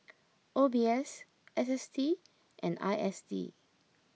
O B S S S T and I S D